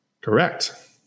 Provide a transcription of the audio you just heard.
Correct